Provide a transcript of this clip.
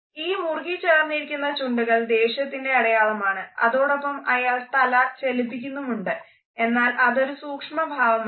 ഈ മുറുകിച്ചേർന്നിരിക്കുന്ന ചുണ്ടുകൾ ദേഷ്യത്തിൻറെ അടയാളമാണ് അതോടൊപ്പം അയാൾ തല ചലിപ്പിക്കുന്നുമുണ്ട് എന്നാൽ അതൊരു സൂക്ഷ്മഭാവമല്ല